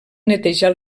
netejar